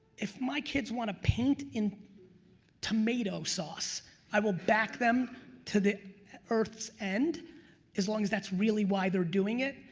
if my kids want to paint in tomato sauce i will back them to the earth's end as long as that's really why they're doing it,